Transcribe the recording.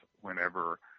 whenever